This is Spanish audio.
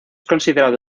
considerado